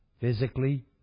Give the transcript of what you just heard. physically